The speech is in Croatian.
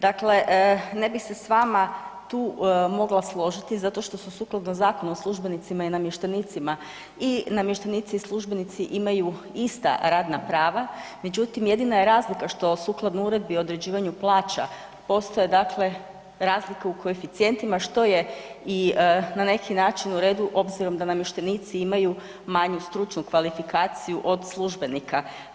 Dakle, ne bi se s vama tu mogla složiti zato što su sukladno Zakonu o službenicima i namještenicima i namještenici i službenici imaju ista radna prava, međutim jedina je razlika što sukladno Uredbi o određivanju plaća postoje dakle razlike u koeficijentima što je i na neki način u redu obzirom da namještenici imaju manju stručnu kvalifikaciju od službenika.